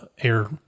air